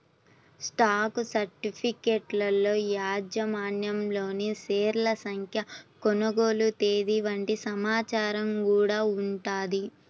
stock సర్టిఫికెట్లలో యాజమాన్యంలోని షేర్ల సంఖ్య, కొనుగోలు తేదీ వంటి సమాచారం గూడా ఉంటది